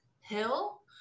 hill